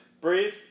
breathe